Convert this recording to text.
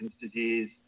disease